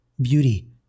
beauty